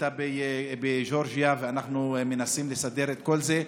האוניברסיטה בגאורגיה ואנחנו מנסים לסדר את כל זה.